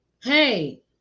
Hey